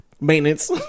maintenance